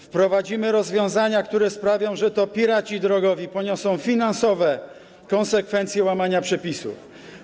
Wprowadzimy rozwiązania, które sprawią, że to piraci drogowi poniosą finansowe konsekwencje łamania przepisów.